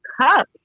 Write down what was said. cup